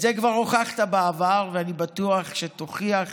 את זה כבר הוכחת בעבר, ואני בטוח שתוכיח